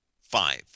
Five